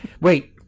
Wait